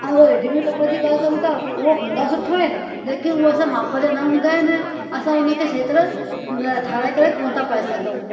ऐं रेडीमेड कपिड़नि जी ॻाल्हि कयूं था उहो हूंदा सुठा आहिनि लेकिनि उहा असाजे माप ज न हूंदा आहिनि असां हुनखे सही तरह न ठाहिराए करे कोनि था पाए सघूं